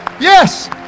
yes